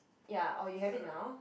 ya or you have it now